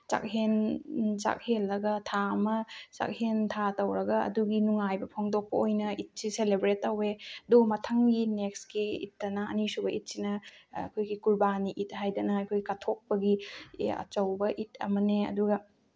ꯆꯥꯛꯍꯦꯟ ꯆꯥꯛ ꯍꯦꯜꯂꯒ ꯊꯥ ꯑꯃ ꯆꯥꯛꯍꯦꯟ ꯊꯥ ꯇꯧꯔꯒ ꯑꯗꯨꯒꯤ ꯅꯨꯡꯉꯥꯏꯕ ꯐꯣꯡꯗꯣꯛꯄ ꯑꯣꯏꯅ ꯏꯗꯁꯤ ꯁꯦꯂꯦꯕ꯭ꯔꯦꯠ ꯇꯧꯋꯦ ꯑꯗꯨꯒ ꯃꯊꯪꯒꯤ ꯅꯦꯛꯁꯀꯤ ꯏꯗꯇꯅ ꯑꯅꯤꯁꯨꯕ ꯏꯗꯁꯤꯅ ꯑꯩꯈꯣꯏꯒꯤ ꯀꯔꯕꯥꯅꯤ ꯏꯗ ꯍꯥꯏꯗꯅ ꯑꯩꯈꯣꯏ ꯀꯠꯊꯣꯛꯄꯒꯤ ꯑꯆꯧꯕ ꯏꯗ ꯑꯃꯅꯦ ꯑꯗꯨꯒ